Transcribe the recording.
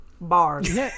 bars